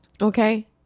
Okay